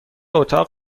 اتاق